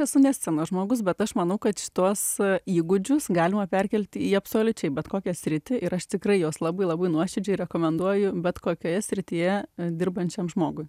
esu ne scenos žmogus bet aš manau kad šituos įgūdžius galima perkelti į absoliučiai bet kokią sritį ir aš tikrai juos labai labai nuoširdžiai rekomenduoju bet kokioje srityje dirbančiam žmogui